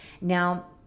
Now